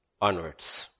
onwards